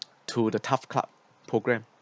to the turf club programme